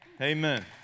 Amen